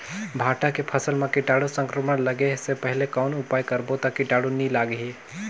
भांटा के फसल मां कीटाणु संक्रमण लगे से पहले कौन उपाय करबो ता कीटाणु नी लगही?